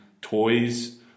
toys